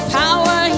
power